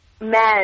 men